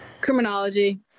Criminology